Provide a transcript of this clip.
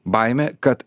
baimė kad